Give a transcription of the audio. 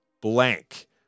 blank